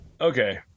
okay